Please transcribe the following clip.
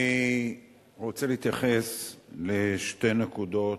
אני רוצה להתייחס לשתי נקודות,